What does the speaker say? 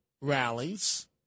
rallies